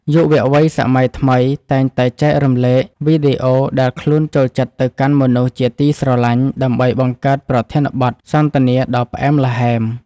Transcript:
យុវវ័យសម័យថ្មីតែងតែចែករំលែកវីដេអូដែលខ្លួនចូលចិត្តទៅកាន់មនុស្សជាទីស្រឡាញ់ដើម្បីបង្កើតប្រធានបទសន្ទនាដ៏ផ្អែមល្ហែម។